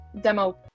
demo